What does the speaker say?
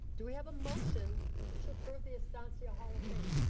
do we have a motion to approve the estancia hall of fame?